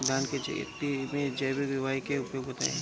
धान के खेती में जैविक दवाई के उपयोग बताइए?